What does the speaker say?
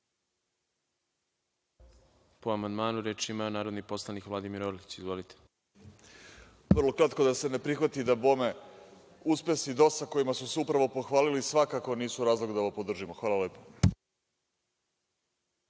Po amandmanu, reč ima narodni poslanik Vladimir Orlić. Izvolite. **Vladimir Orlić** Vrlo kratko. Da se ne prihvati dabome. Uspesi DOS-a kojima su se upravo pohvalili svakako nisu razlog da ovo podržimo. Hvala lepo.